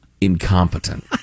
incompetent